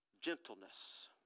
gentleness